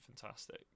fantastic